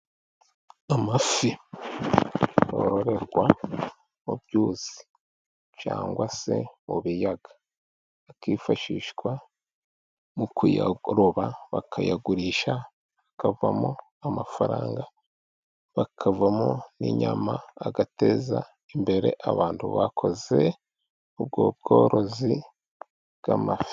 Amafi yororwa mu byuzi cyangwa se mu biyaga, akifashishwa mu kuyaroba bakayagurisha akavamo amafaranga, akavamo n'inyama, ateza imbere abantu bakoze ubwo bworozi bw'amafi.